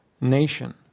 nation